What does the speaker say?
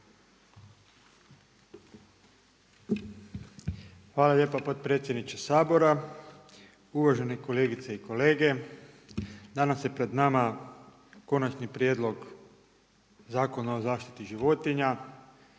Hvala lijepa potpredsjedniče Sabora. Uvažene kolegice i kolege. Danas je pred nama Konačni prijedlog Zakona o zaštiti životinja